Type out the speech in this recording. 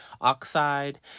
oxide